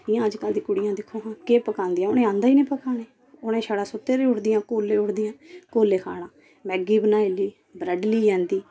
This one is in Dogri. इयां अज्ज कल्ल दी कुड़ियां दिक्खो हां केह् पकांदियां उनें आंदा ही नी पकाने उनें छड़ा सुत्ते नी उठदियां कोल्ले उठदियां कोल्ले खाना मैगी बनाई ली ब्रैड ली आंह्दी